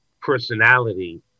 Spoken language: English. personality